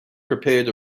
prepared